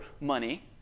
money